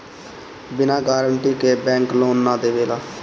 बिना गारंटी के bank loan ना देवेला